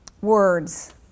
words